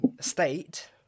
state